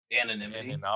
anonymity